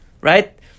right